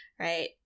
Right